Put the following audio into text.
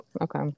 Okay